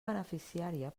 beneficiària